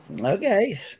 Okay